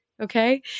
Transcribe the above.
Okay